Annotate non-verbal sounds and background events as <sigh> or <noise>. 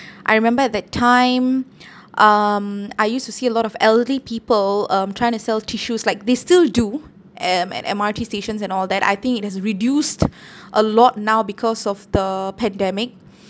I remember that time um I used to see a lot of elderly people um trying to sell tissues like they still do um at M_R_T stations and all that I think it has reduced <breath> a lot now because of the pandemic